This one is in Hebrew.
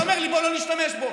אתה אומר לי: בוא לא נשתמש בו,